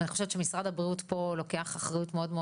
אני חושבת שמשרד הבריאות לוקח פה אחריות מאוד-מאוד